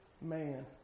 man